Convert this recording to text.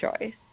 choice